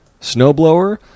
snowblower